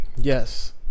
Yes